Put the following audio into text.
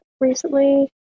recently